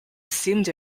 assumed